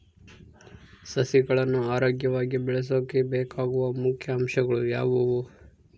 ಸಸಿಗಳನ್ನು ಆರೋಗ್ಯವಾಗಿ ಬೆಳಸೊಕೆ ಬೇಕಾಗುವ ಮುಖ್ಯ ಅಂಶಗಳು ಯಾವವು?